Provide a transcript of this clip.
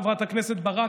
חברת הכנסת ברק,